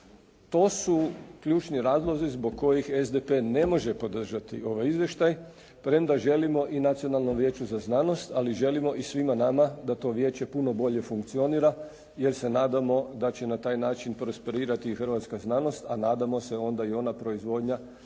To su ključni razlozi zbog kojih SDP ne može podržati ovaj izvještaj, premda želimo i Nacionalnom vijeću za znanost, ali želimo i svima nama da to vijeće puno bolje funkcionira, jer se nadamo da će na taj način prosperirati hrvatska znanost, a nadamo se i ona proizvodnja